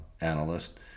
analyst